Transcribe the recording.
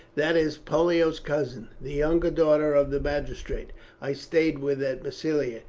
that is pollio's cousin, the younger daughter of the magistrate i stayed with at massilia.